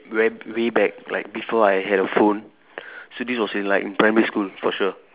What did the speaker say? where way back like before I had a phone so this was in like in primary school for sure